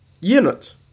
unit